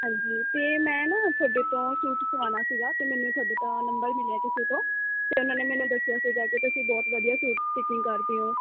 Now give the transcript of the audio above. ਹਾਂਜੀ ਅਤੇ ਮੈਂ ਨਾ ਤੁਹਾਡੇ ਤੋਂ ਸੂਟ ਸਵਾਣਾ ਸੀਗਾ ਅਤੇ ਮੈਨੂੰ ਤੁਹਾਡਾ ਨੰਬਰ ਮਿਲਿਆ ਕਿਸੇ ਤੋਂ ਫਿਰ ਉਹਨਾਂ ਨੇ ਮੈਨੂੰ ਦੱਸਿਆ ਸੀਗਾ ਕਿ ਤੁਸੀਂ ਬਹੁਤ ਵਧੀਆ ਸੂਟ ਸਟੀਚਿੰਗ ਕਰਦੇ ਓਂ